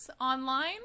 online